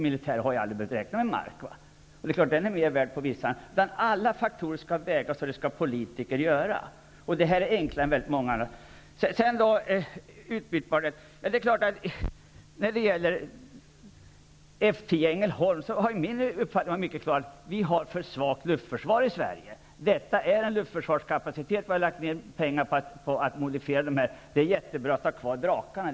Militärerna har aldrig behövt räkna med marken, trots att den är mer värd på vissa ställen. Alla faktorer skall vägas in, och det skall göras av politikerna. Vad sedan gäller utbytbarheten har min uppfattning varit mycket klar beträffande F 10 Ängelholm. Vi har ett för svagt luftförsvar i Sverige. Det gäller en luftförsvarskapacitet, och vi har lagt ned pengar på att modifiera den. Det är jättebra att ha kvar Drakenplanen.